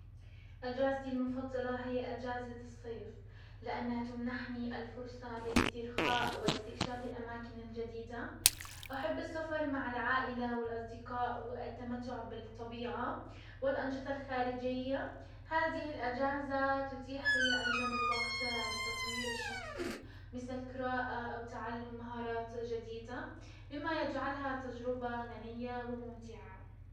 اجازتي المفضلة هي اجازة الصيف لانها تمنحني الفرصة للاسترخاء واستكشاف الاماكن الجديدة. احب السفر مع العائلة والاصدقاء والتمتع بالطبيعة والانشطة الخارجية. هزه الاجازة تتيح لي ايضا الوقت لتطوير الشخصي مسل القراءة او تعلم مهارات جديدة، مما يجعلها تجربة غنية وممتعة.